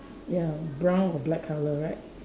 ya brown or black color right